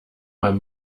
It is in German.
mal